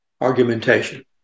argumentation